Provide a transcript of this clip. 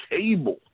cable